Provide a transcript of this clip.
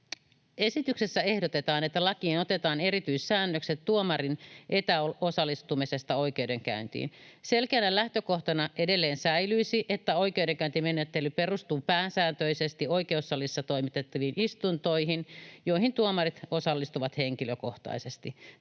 Esityksessä ehdotetaan, että lakiin otetaan erityissäännökset tuomarin etäosallistumisesta oikeudenkäyntiin. Selkeänä lähtökohtana edelleen säilyisi, että oikeudenkäyntimenettely perustuu pääsääntöisesti oikeussalissa toimitettaviin istuntoihin, joihin tuomarit osallistuvat henkilökohtaisesti.